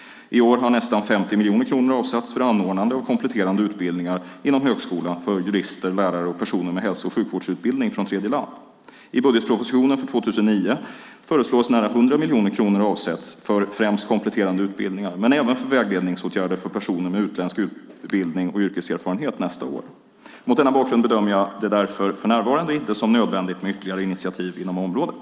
I år har nästan 50 miljoner kronor avsatts för anordnande av kompletterande utbildningar inom högskolan för jurister, lärare och personer med hälso och sjukvårdsutbildning från tredjeland. I budgetpropositionen för 2009 föreslås att nära 100 miljoner kronor avsätts för främst kompletterande utbildningar, men även för vägledningsåtgärder för personer med utländsk utbildning och yrkeserfarenhet, nästa år. Mot denna bakgrund bedömer jag det därför för närvarande inte som nödvändigt med ytterligare initiativ inom området.